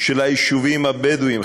של היישובים הבדואיים.